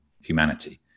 humanity